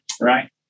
right